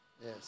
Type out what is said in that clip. Yes